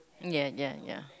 ya ya ya